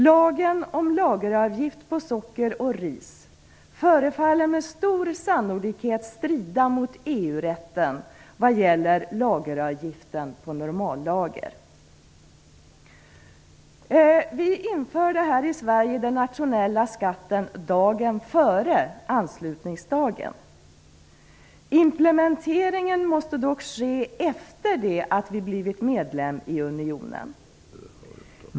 Lagen om lageravgift på socker och ris förefaller med stor sannolikhet strida mot Vi införde här i Sverige den nationella skatten dagen före anslutningsdagen - implementeringen måste dock ske efter det att vi blivit medlemmar i unionen.